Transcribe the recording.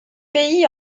pays